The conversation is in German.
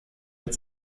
mit